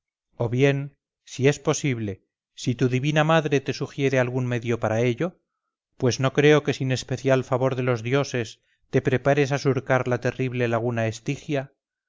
o bien si es posible si tu divina madre te sugiere algún medio para ello pues no creo que sin especial favor de los dioses te prepares a surcar la terrible laguna estigia